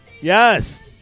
Yes